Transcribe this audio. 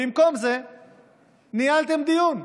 במקום זה ניהלתם דיון,